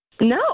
No